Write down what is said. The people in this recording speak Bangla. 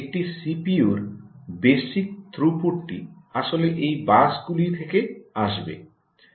একটি সিপিইউর বেসিক থ্রুটপুটটি আসলে এই বাসগুলি থেকে আসবে